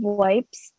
wipes